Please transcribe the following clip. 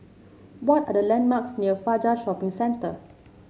what are the landmarks near Fajar Shopping Centre